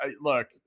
look